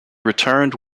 returned